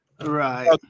Right